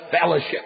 fellowship